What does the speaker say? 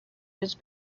has